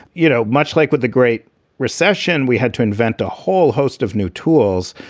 you know, much like what the great recession, we had to invent a whole host of new tools.